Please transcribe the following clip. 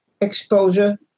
exposure